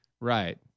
Right